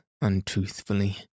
untruthfully